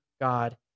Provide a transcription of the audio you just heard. God